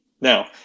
Now